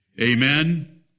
Amen